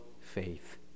faith